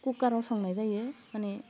कुकाराव संनाय जायो माने